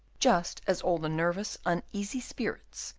just as all the nervous, uneasy spirits,